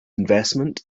investment